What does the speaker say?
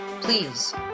Please